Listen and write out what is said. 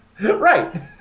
right